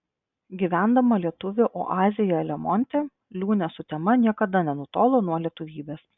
gyvendama lietuvių oazėje lemonte liūnė sutema niekada nenutolo nuo lietuvybės